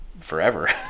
forever